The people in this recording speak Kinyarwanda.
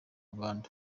rwanda